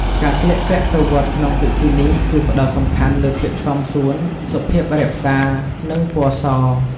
ការស្លៀកពាក់ទៅវត្តក្នុងពិធីនេះ គឺផ្តោតសំខាន់លើភាពសមសួន សុភាពរាបសារ និងពណ៌ស។